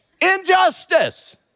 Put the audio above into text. Injustice